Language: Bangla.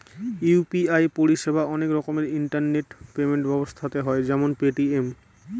ইউ.পি.আই পরিষেবা অনেক রকমের ইন্টারনেট পেমেন্ট ব্যবস্থাতে হয় যেমন পেটিএম